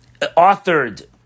authored